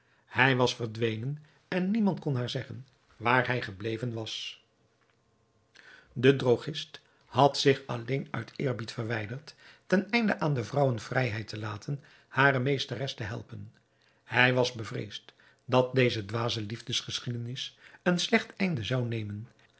hij was verdwenen en niemand kon haar zeggen waar hij gebleven was de drogist had zich alleen uit eerbied verwijderd teneinde aan de vrouwen vrijheid te laten hare meesteres te helpen hij was bevreesd dat deze dwaze liefdes geschiedenis een slecht einde zou nemen